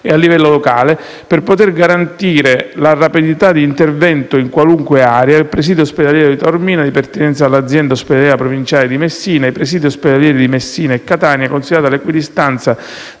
e a livello locale, per poter garantire la rapidità di intervento in qualunque area; il presidio ospedaliero di Taormina, di pertinenza all'azienda ospedaliera provinciale di Messina; i presidi ospedalieri di Messina e Catania, considerata l'equidistanza